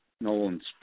Nolan's